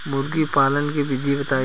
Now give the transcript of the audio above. मुर्गी पालन के विधि बताई?